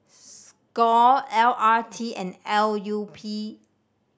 score L R T and L U P